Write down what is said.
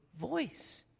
voice